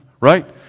Right